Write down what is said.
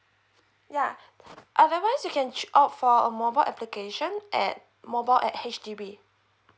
yeah otherwise you can cha~ opt for a mobile application at mobile at H_D_B